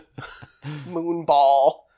Moonball